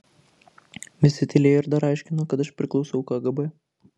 visi tylėjo ir dar aiškino kad aš priklausau kgb